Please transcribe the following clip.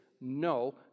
no